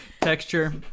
Texture